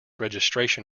registration